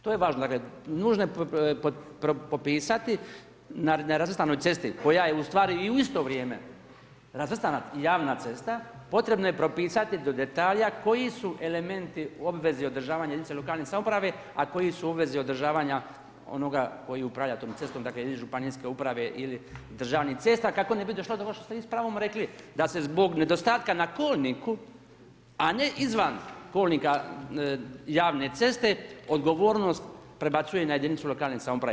To je važno, dakle, nužno je propisati na nerazvrstanoj cesti, koja je u stvari i u isto vrijeme razvrstana javna cesta, potrebno je propisati do detalja, koji su elementi obveza odražavanja jedinica lokalne samouprave, a koji su obvezi održavanja onoga koji upravlja tom cestom, dakle, ili županijske uprave ili državnih cesta, kako ne bi došlo do onog što ste vi sa pravom rekli, da se zbog nedostatka na kolniku, a ne izvan kolnika javne ceste odgovornost prebacuje na jedinicu lokalne samouprave.